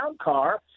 car